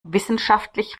wissenschaftlich